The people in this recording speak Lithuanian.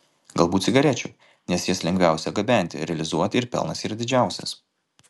galbūt cigarečių nes jas lengviausia gabenti realizuoti ir pelnas yra didžiausias